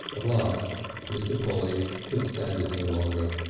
at last mr. polly could stand it no longer.